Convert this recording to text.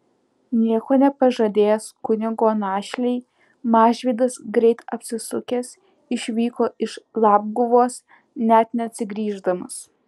nieko nepažadėjęs kunigo našlei mažvydas greit apsisukęs išvyko iš labguvos net neatsigrįždamas